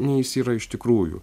nei jis yra iš tikrųjų